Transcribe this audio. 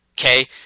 Okay